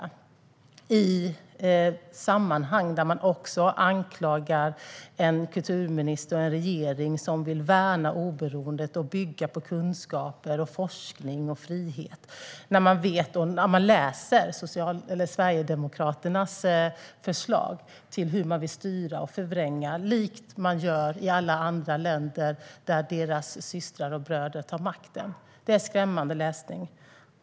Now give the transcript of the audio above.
Det görs i ett sammanhang där man också anklagar en kulturminister och en regering som vill värna oberoendet och bygga på kunskaper, forskning och frihet. När man läser Sverigedemokraternas förslag ser man hur de vill styra och förvränga likt de gör i alla andra länder där deras systrar och bröder tar makten. Det är skrämmande läsning.